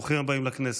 ברוכים הבאים לכנסת.